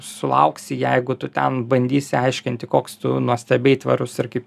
sulauksi jeigu tu ten bandysi aiškinti koks tu nuostabiai tvarus ir kaip